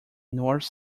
north